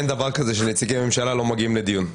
אין דבר שכזה שנציגי הממשלה לא מגיעים לדיון.